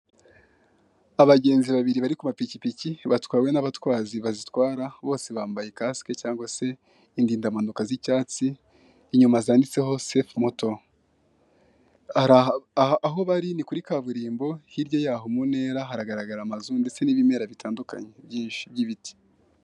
Abagenzi babiri bari ku mapikipiki, batwawe n'abatwazi batwara, bose bambaye cask cyangwa se indindampanuka z'icyatsi, inyuma zanditseho safe moto, aho bari kuri kaburimbo, hirya yaho mu ntera, haragaragara amazu ndetse n'ibimera bitandukanye by'ibiti.